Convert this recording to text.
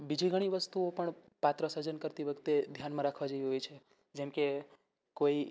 બીજી ઘણી વસ્તુઓ પણ પાત્ર સર્જન કરતી વખતે ધ્યાનમાં રાખવા જેવી હોય છે જેમ કે કોઈ